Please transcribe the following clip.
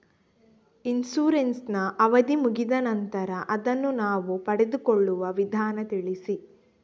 Insurance ನ ಅವಧಿ ಮುಗಿದ ನಂತರ ಅದನ್ನು ನಾವು ಪಡೆದುಕೊಳ್ಳುವ ವಿಧಾನ ತಿಳಿಸಿ?